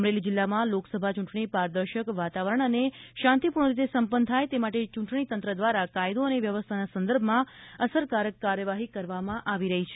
અમરેલિ જિલ્લામાં લોકસભા ચૂંટણી પારદર્શક વાતાવરણ અને શાંતિપૂર્ણ રીતે સંપન્ન થાય તે માટે ચૂંટણી તંત્ર દ્વારા કાયદો અને વ્યવસ્થાના સંદર્ભમાં અસરકારક કાર્યવાહી કરવામાં આવી રહી છે